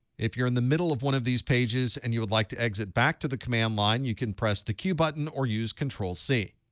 if you're in the middle of one of these pages and you would like to exit back to the command line, you can press the q button or use control-c.